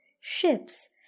ships